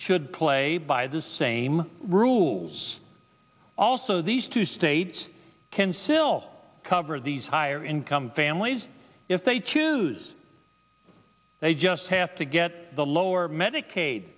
should play by the same rules also these two states can still cover these higher income families if they choose they just have to get the lower medicaid